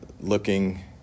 looking –